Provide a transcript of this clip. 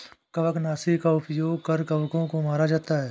कवकनाशी का उपयोग कर कवकों को मारा जाता है